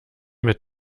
mit